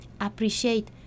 appreciate